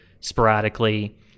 Sporadically